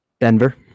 Denver